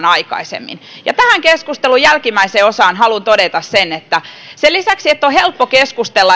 aikaisemmin tähän keskustelun jälkimmäiseen osaan haluan todeta sen että sen lisäksi että on helppo keskustella